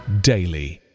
daily